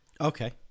Okay